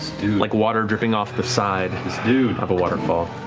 like water dripping off the side of a waterfall.